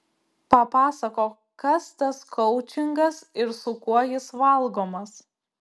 papasakok kas tas koučingas ir su kuo jis valgomas